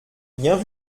rien